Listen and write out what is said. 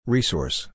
Resource